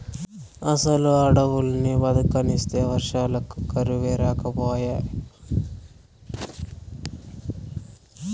అసలు అడవుల్ని బతకనిస్తే వర్షాలకు కరువే రాకపాయే